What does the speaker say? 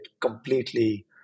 completely